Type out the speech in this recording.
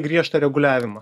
griežtą reguliavimą